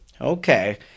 okay